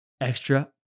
Extra